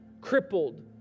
crippled